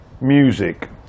music